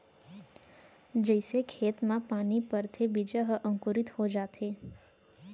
जइसे खेत म पानी परथे बीजा ह अंकुरित हो जाथे